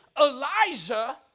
Elijah